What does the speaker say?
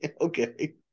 okay